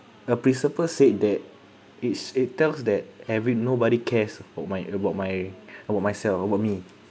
a principal said that it's it tells that every nobody cares for my about my about myself about me